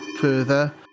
further